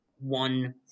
one